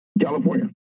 California